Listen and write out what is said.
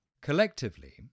Collectively